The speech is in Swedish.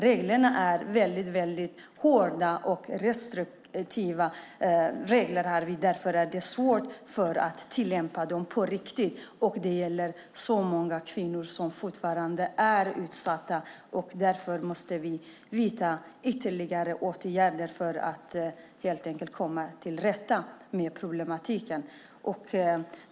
Reglerna är hårda och restriktiva. Därför är det svårt att tillämpa dem på riktigt. Det gäller många kvinnor som fortfarande är utsatta. Därför måste vi vidta ytterligare åtgärder för att helt enkelt komma till rätta med problemen.